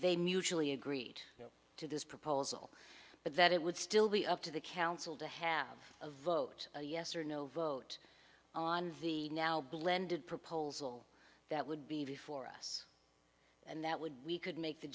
they mutually agreed to this proposal but that it would still be up to the council to have a vote a yes or no vote on the now blended proposal that would be before us and that would we could make th